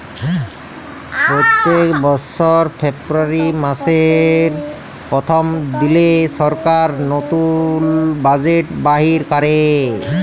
প্যত্তেক বসর ফেব্রুয়ারি মাসের পথ্থম দিলে সরকার লতুল বাজেট বাইর ক্যরে